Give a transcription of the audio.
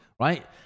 right